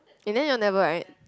in the end you all never right